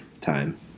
time